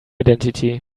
identity